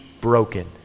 broken